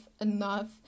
enough